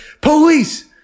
Police